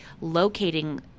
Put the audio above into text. locating